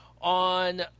on